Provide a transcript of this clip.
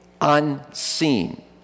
unseen